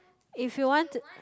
if you want to